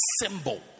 symbol